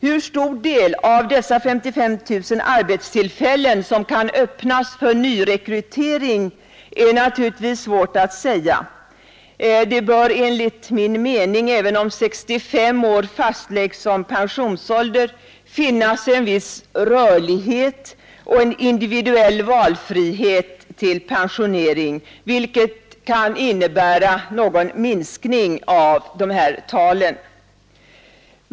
Hur stor del av dessa 55 000 arbetstillfällen som kan öppnas för nyrekrytering är naturligtvis svårt att säga. Även om 65 år fastläggs som pensionsålder, bör det enligt min mening finnas en viss rörlighet och individuell valfrihet till pensionering, vilket kan innebära någon minskning av de angivna talen.